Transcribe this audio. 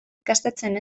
ikastetxeen